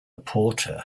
porta